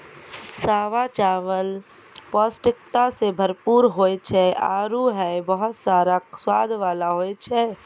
सावा चावल पौष्टिकता सें भरपूर होय छै आरु हय बहुत खास स्वाद वाला होय छै